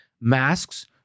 Masks